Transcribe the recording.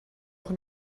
auch